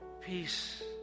Peace